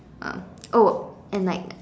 um oh and like